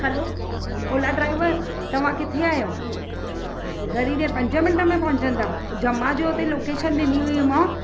हलो Ola driver तव्हांं किथे आहियो घणी देरि पंज मिंट में पहुचंदा ज मां जो हुते लोकेशन ॾिनी हुईमांव